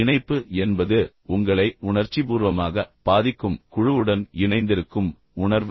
இணைப்பு என்பது உங்களை உணர்ச்சிபூர்வமாக பாதிக்கும் குழுவுடன் இணைந்திருக்கும் உணர்வு